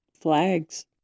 flags